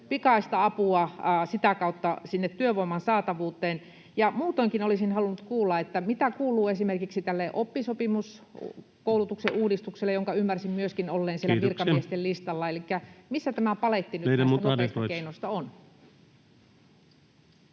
Perustuslaillisia ongelmia!] sinne työvoiman saatavuuteen. Ja muutoinkin olisin halunnut kuulla, mitä kuuluu esimerkiksi tälle oppisopimuskoulutuksen uudistukselle, jonka ymmärsin myöskin olleen siellä [Puhemies: Kiitoksia!] virkamiesten listalla. Elikkä missä tämä paletti nyt näistä nopeista keinoista on?